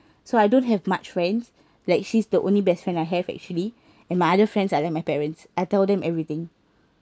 so I don't have much friends like she's the only best friend I have actually and my other friends are like my parents I tell them everything